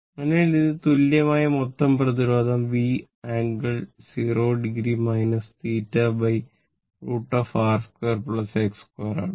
അതിനാൽ ഇത് തുല്യമായ മൊത്തം പ്രതിരോധം V ∟ 0 θ √ R2 X2 ആണ്